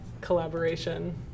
collaboration